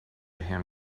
him